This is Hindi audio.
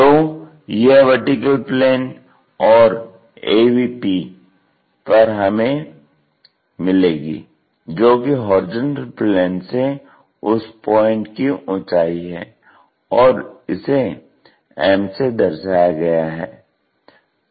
तो यह VP और AVP पर हमें मिलेगी जो कि HP से उस पॉइंट की ऊंचाई है और इसे m से दर्शाया गया है